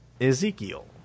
Ezekiel